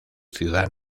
ciudad